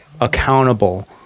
accountable